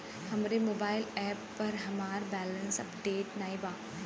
हमरे mobile app पर हमार बैलैंस अपडेट नाई बा